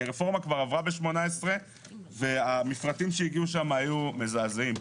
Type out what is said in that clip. הרפורמה כבר עברה ב-2018 והמפרטים שהגיעו שם היו מזעזעים.